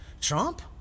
Trump